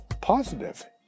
positive